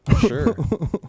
sure